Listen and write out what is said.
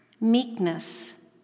meekness